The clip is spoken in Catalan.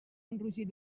enrogir